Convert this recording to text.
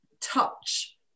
touch